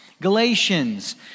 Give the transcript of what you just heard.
Galatians